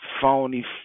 phony